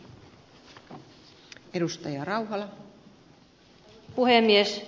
arvoisa puhemies